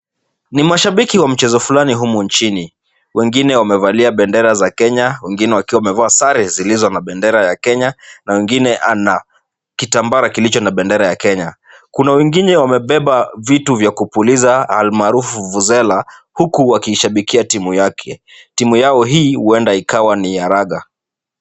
Ni mashabiki wa mchezo fulani humu nchini. Wengine wamevalia bendera za Kenya, wengine wakiwa wamevaa sare zilizo na bendera ya Kenya, na wengine ana kitambara kilicho na bendera ya Kenya. kuna wengine wamebea vitu vya kupuliza almaarufu, vuvuzela, huku wakiishabikia timu yake. Timu yao hii, huenda ikawa ni ya raga.